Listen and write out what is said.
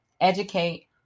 educate